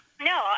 No